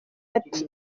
ati